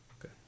Okay